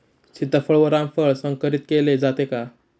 सीताफळ व रामफळ संकरित केले जाते का?